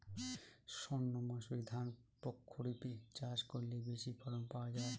সর্ণমাসুরি ধান প্রক্ষরিপে চাষ করলে বেশি ফলন পাওয়া যায়?